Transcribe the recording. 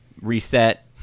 reset